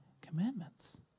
commandments